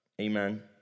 amen